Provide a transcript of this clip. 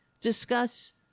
discuss